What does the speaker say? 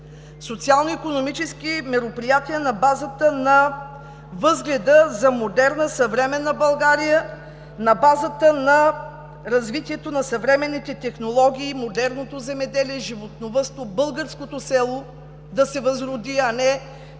Социално-икономически мероприятия на базата на възгледа за модерна, съвременна България, на базата на развитието на съвременните технологии и модерното земеделие, животновъдство, българското село да се възроди, а не